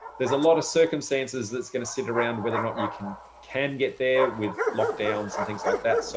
there's a lot of circumstances that's going to sit around whether or not you can can get there with lockdowns and things like that. so